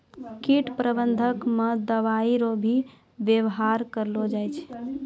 कीट प्रबंधक मे दवाइ रो भी वेवहार करलो जाय छै